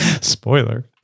Spoiler